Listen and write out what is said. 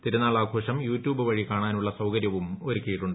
തിരുനാൾ ആഘോഷം യൂട്യൂബ് വഴി കാണാനുള്ള സൌകര്യവും ഒരുക്കിയിട്ടുണ്ട്